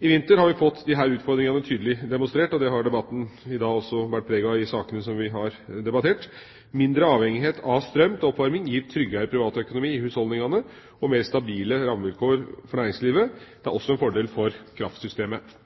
I vinter har vi fått disse utfordringene tydelig demonstrert, og det har debatten i dag også båret preg av i sakene som vi har debattert. Mindre avhengighet av strøm til oppvarming gir tryggere privatøkonomi i husholdningene og mer stabile rammevilkår for næringslivet. Det er også en fordel for kraftsystemet.